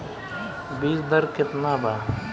बीज दर केतना बा?